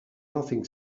nothing